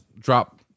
drop